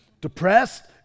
depressed